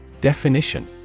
Definition